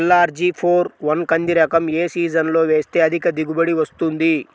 LRG four one కంది రకం ఏ సీజన్లో వేస్తె అధిక దిగుబడి వస్తుంది?